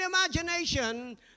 imagination